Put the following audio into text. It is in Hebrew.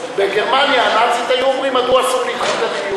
בגרמניה הנאצית היו מדברים כך על היהודים.